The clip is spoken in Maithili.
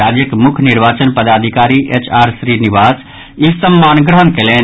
राज्यक मुख्य निर्वाचन पदाधिकारी एच आर श्रीनिवास ई सम्मान ग्रहण कयलनि